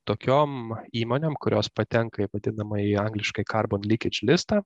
tokiom įmonėm kurios patenka į vadinamąjį angliškai karbon likidž listą